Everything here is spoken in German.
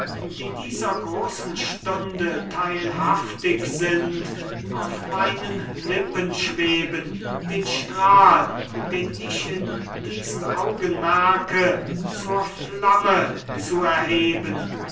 die dieser großen stunde teilhaftig sind auf meinen lippen schweben den strahl den ich in diesen augen merke zur flamme zu erheben